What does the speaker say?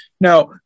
Now